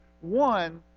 one